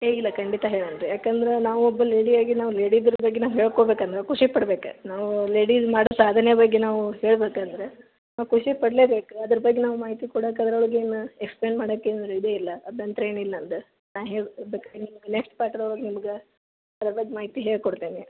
ಏ ಇಲ್ಲ ಖಂಡಿತ ಹೇಳಲ್ಲ ರೀ ಯಾಕಂದ್ರೆ ನಾವು ಒಬ್ಬ ಲೇಡಿಯಾಗಿ ನಾವು ಲೇಡಿದ್ರ ಬಗ್ಗೆ ನಾವು ಹೇಳ್ಕೋ ಬೇಕಂದ್ರೆ ಖುಷಿಪಡ್ಬೇಕು ನಾವು ಲೇಡಿಸ್ ಮಾಡೋ ಸಾಧನೆ ಬಗ್ಗೆ ನಾವು ಹೇಳ್ಬೇಕಂದ್ರೆ ನಾವು ಖುಷಿಪಡ್ಲೆಬೇಕು ಅದ್ರ ಬಗ್ಗೆ ನಾವು ಮಾಹಿತಿ ಕೊಡಾಕೆ ಅದರೊಳಗೆ ನಾ ಎಕ್ಸ್ಪ್ಲೇನ್ ಮಾಡಕೇನು ಇದೇ ಇಲ್ಲ ಅದು ಅಂತ್ರ ಏನಿಲ್ಲ ಅಂದು ನಾ ಹೇಳಾಕೆ ಹೋಗ್ಬೇಕು ನೆಕ್ಟ್ಸ್ ಪಾಠ್ದೊಳಗೆ ನಿಮ್ಗೆ ಅದ್ರ ಬಗ್ಗೆ ಮಾಹಿತಿ ಹೇಳಿ ಕೊಡ್ತೇನೆ